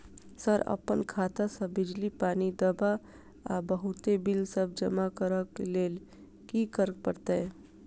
Sir अप्पन खाता सऽ बिजली, पानि, दवा आ बहुते बिल सब जमा करऽ लैल की करऽ परतै?